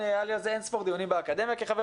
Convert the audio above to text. היו לי על זה אין-ספור דיונים באקדמיה כחבר